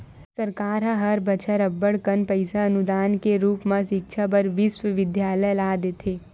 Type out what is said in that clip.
सरकार ह हर बछर अब्बड़ कन पइसा अनुदान के रुप म सिक्छा बर बिस्वबिद्यालय ल देथे